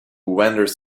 wanders